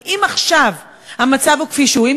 אבל אם עכשיו המצב הוא כפי שהוא,